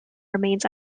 remains